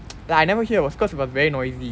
like I never hear was because it was very noisy